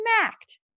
smacked